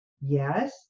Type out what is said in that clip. yes